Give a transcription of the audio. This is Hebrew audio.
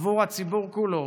עבור הציבור כולו,